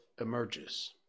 emerges